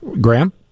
Graham